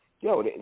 Yo